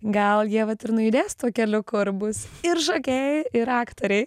gal jie vat ir nujudės tuo keliu kur bus ir šokėjai ir aktoriai